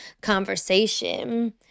conversation